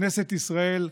כנסת ישראל,